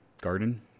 Garden